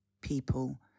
people